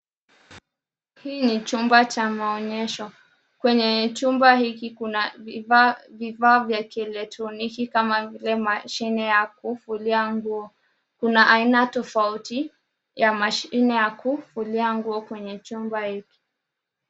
Hii ni chumba cha maonyesho. Kwenye chumba hiki kuna vifaa vya kielektroniki kama vile mashine ya kufulia nguo. Kuna aina tofauti ya mashine ya kufulia nguo kwenye chumba hiki.